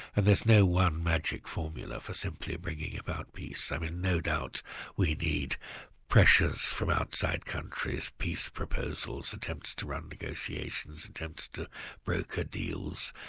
and there's no one magic formula for simply bringing about peace. i mean no doubt we'll need pressures from outside countries, peace proposals, attempts to run negotiations, attempts to broker deals,